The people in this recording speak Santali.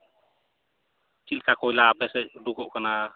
ᱪᱮᱫᱞᱮᱠᱟ ᱠᱚᱭᱞᱟ ᱟᱯᱮ ᱥᱮᱫ ᱩᱰᱩᱠᱚᱜ ᱠᱟᱱᱟ